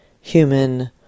Human